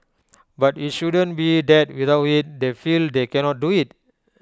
but IT shouldn't be that without IT they feel they cannot do IT